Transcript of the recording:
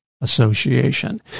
Association